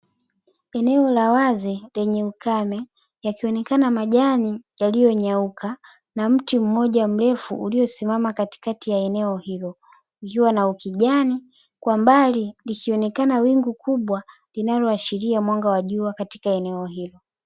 Eneo la wazi lenye ukame, yakionekana majani yaliyonyauka na mti mmoja mrefu uliosimama katikati ya eneo hilo, ukiwa na ukijani, kwa mbali likionekana wingu kubwa linaloashiria mwanga wa jua katika eneo hilo.